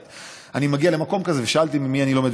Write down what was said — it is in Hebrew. אני מגיע למקום כזה ושאלתי ממי אני לומד.